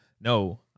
no